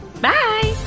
Bye